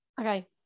okay